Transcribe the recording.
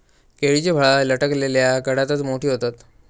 केळीची फळा लटकलल्या घडातच मोठी होतत